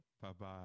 Bye-bye